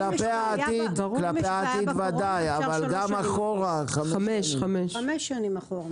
כלפי העתיד בוודאי, אבל גם חמש שנים אחורה.